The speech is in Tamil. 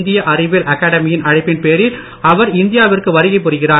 இந்திய அறிவியல் அகாடமியின் அழைப்பின் பேரில் அவர் இந்தியாவிற்கு வருகை புரிகிறார்